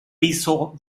piso